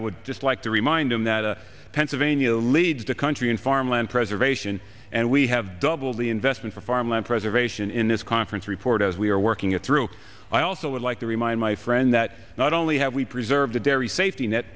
i would just like to remind them that the pennsylvania leads the country in farmland preservation and we have doubled the investment for farmland preservation in this conference report as we are working it through i also would like to remind my friend that not only have we preserve the dairy safety net